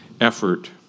effort